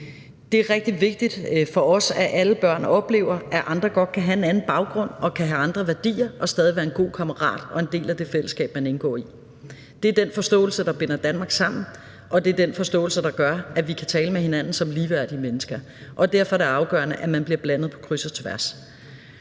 Det er rigtig vigtigt for os, at alle børn oplever, at andre godt kan have en anden baggrund og kan have andre værdier og stadig være gode kammerater og en del af det fællesskab, man indgår i. Det er den forståelse, der binder Danmark sammen, og det er den forståelse, der gør, at vi kan tale med hinanden som ligeværdige mennesker. Og derfor er det afgørende, at man bliver blandet på kryds og tværs.